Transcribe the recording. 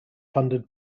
funded